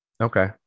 Okay